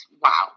wow